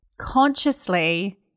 consciously